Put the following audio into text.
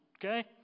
okay